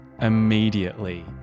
immediately